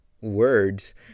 words